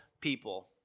people